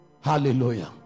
hallelujah